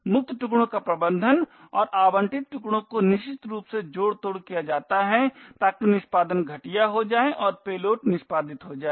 मुक्त टुकड़ों का प्रबन्धन और आबंटित टुकड़ों को निश्चित रूप से जोड़ तोड़ किया जाता है ताकि निष्पादन घटिया हो जाए और पेलोड निष्पादित हो जाए